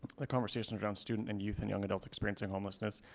the conversations around student and youth and young adults experiencing homelessness.